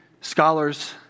scholars